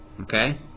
Okay